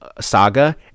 saga